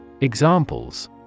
Examples